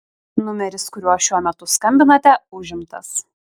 numeris kuriuo šiuo metu skambinate užimtas